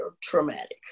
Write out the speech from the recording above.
traumatic